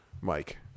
Mike